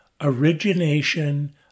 Origination